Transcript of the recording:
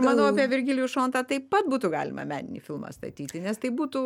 manau apie virgilijų šontą taip pat būtų galima meninį filmą statyti nes tai būtų